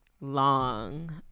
long